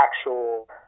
actual